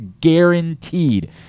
guaranteed